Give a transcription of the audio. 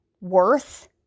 worth